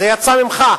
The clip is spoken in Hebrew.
זה יצא ממך,